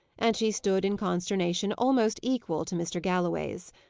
and she stood in consternation almost equal to mr. galloway's.